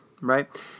right